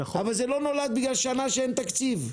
אבל זה לא נולד בגלל שנה שאין תקציב.